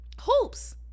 hoops